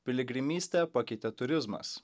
piligrimystę pakeitė turizmas